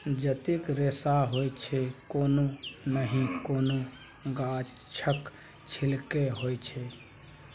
जतेक रेशा होइ छै कोनो नहि कोनो गाछक छिल्के होइ छै